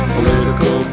Political